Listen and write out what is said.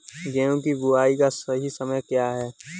गेहूँ की बुआई का सही समय क्या है?